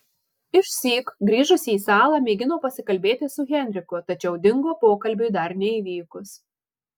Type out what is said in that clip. išsyk grįžusi į salą mėgino pasikalbėti su henriku tačiau dingo pokalbiui dar neįvykus